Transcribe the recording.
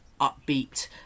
upbeat